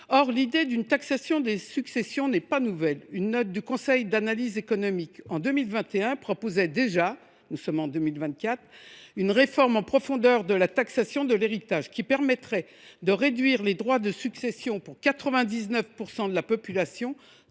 L’idée d’une taxation des successions n’est pas nouvelle. Une note du Conseil d’analyse économique (CAE) de 2021 proposait déjà une réforme en profondeur de la taxation de l’héritage, laquelle permettrait de réduire les droits de succession pour 99 % de la population,